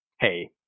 hey